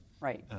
right